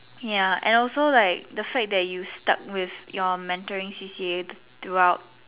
ya and also like the fact that you stuck with your mentoring C_C_A throughout